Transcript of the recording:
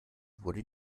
wurde